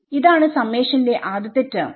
ഇതാണ് സമ്മേഷന്റെ ആദ്യ ടെർമ്